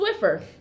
Swiffer